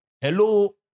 Hello